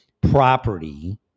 property